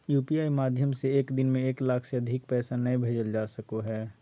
UPI माध्यम से एक दिन में एक लाख से अधिक पैसा नय भेजल जा सको हय